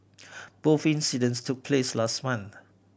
both incidents took place last month